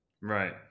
right